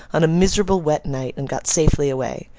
on a miserable wet night, and got safely away.